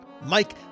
Mike